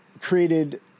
created